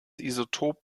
isotop